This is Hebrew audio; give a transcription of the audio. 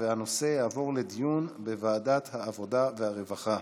והנושא יעבור לדיון בוועדת העבודה והרווחה.